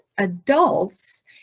Adults